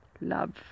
Love